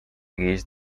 guix